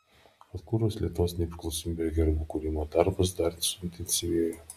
atkūrus lietuvos nepriklausomybę herbų kūrimo darbas dar suintensyvėjo